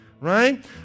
Right